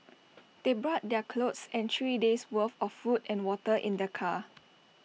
they brought their clothes and three days'worth of food and water in their car